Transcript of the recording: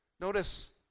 Notice